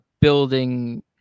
building